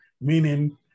meaning